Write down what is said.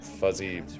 fuzzy